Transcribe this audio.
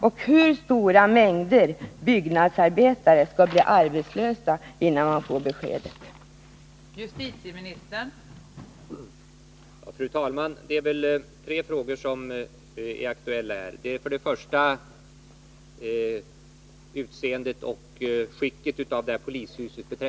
Och hur stora mängder byggnadsarbetare skall bli arbetslösa innan beskedet lämnas?